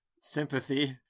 sympathy